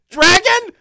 Dragon